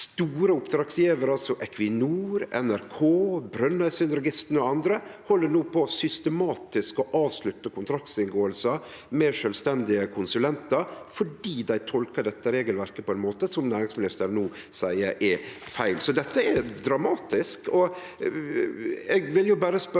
Store oppdragsgjevarar som Equinor, NRK, Brønnøysundregistra og andre held no systematisk på å avslutte kontraktsinngåingar med sjølvstendige konsulentar fordi dei tolkar dette regelverket på ein måte som næringsministeren no seier er feil. Dette er dramatisk.